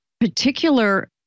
particular